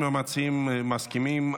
אם המציעים מסכימים,